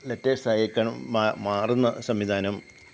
letters ഐക്കണും മാറുന്ന സംവിധാനം